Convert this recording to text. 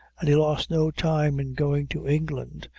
and he lost no time in going to england,